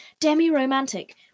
demi-romantic